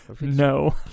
No